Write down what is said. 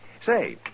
Say